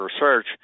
Research